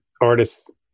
artists